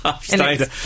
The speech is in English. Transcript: stayed